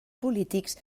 polítics